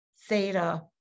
theta